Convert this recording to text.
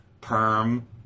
Perm